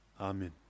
Amen